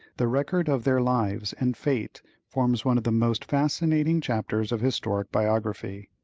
the record of their lives and fate forms one of the most fascinating chapters of historic biography.